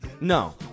No